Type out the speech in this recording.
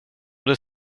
det